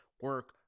Work